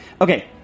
Okay